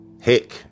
Heck